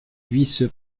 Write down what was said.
vice